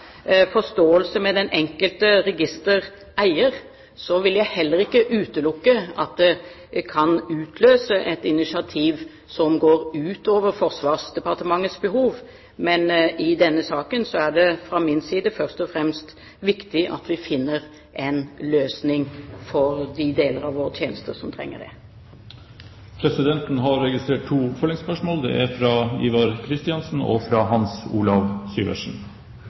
forståelse med den enkelte registereier, så vil jeg heller ikke utelukke at det kan utløse et initiativ som går utover Forsvarsdepartementets behov. Men i denne saken er det fra min side først og fremst viktig at vi finner en løsning for de deler av vår tjeneste som trenger det. Det blir to oppfølgingsspørsmål – først Ivar Kristiansen. På meg virker det